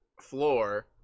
Floor